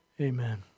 amen